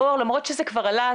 למרות שזה כבר עלה,